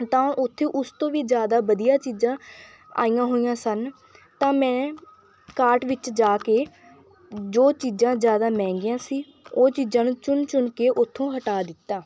ਤਾਂ ਉਹ ਉੱਥੇ ਉਸ ਤੋਂ ਵੀ ਜ਼ਿਆਦਾ ਵਧੀਆ ਚੀਜ਼ਾਂ ਆਈਆਂ ਹੋਈਆਂ ਸਨ ਤਾਂ ਮੈਂ ਕਾਟ ਵਿੱਚ ਜਾ ਕੇ ਜੋ ਚੀਜ਼ਾਂ ਮਹਿੰਗੀਆਂ ਸੀ ਉਹ ਚੀਜ਼ਾਂ ਨੂੰ ਚੁਣ ਚੁਣ ਕੇ ਉੱਥੋਂ ਹਟਾ ਦਿੱਤਾ